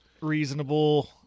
reasonable